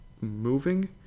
moving